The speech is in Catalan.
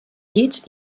llits